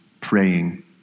praying